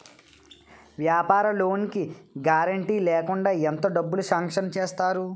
వ్యాపార లోన్ కి గారంటే లేకుండా ఎంత డబ్బులు సాంక్షన్ చేస్తారు?